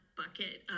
bucket